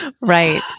Right